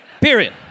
Period